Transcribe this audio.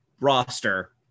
roster